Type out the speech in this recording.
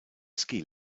ski